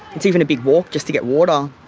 it's even a big walk just to get water.